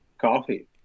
coffee